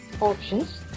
Options